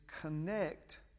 connect